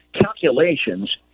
calculations